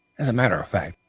as a matter of fact,